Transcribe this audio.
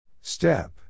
Step